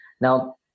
Now